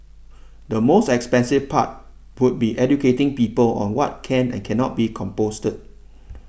the most expensive part would be educating people on what can and cannot be composted